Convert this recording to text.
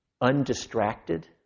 undistracted